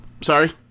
Sorry